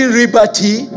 liberty